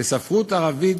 וספרות ערבית